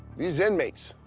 these inmates